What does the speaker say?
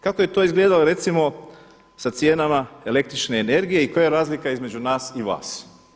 Kako je to izgledalo recimo sa cijenama električne energije i koja je razlika između vas i nas?